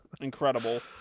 Incredible